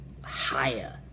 higher